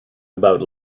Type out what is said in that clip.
about